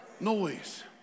noise